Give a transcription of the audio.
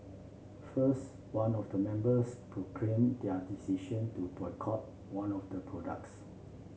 first one of the members proclaimed they are decision to boycott one of the products